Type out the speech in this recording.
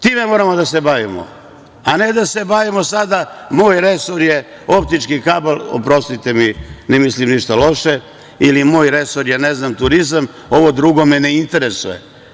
Time moramo da se bavimo, a ne da se bavimo sada – moj resor je optički kabl, oprostite ministri, ništa loše, ili moj resor je turizam, a ovo drugo me ne interesuje.